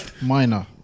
Minor